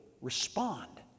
respond